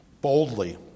boldly